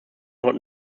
dort